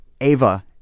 Ava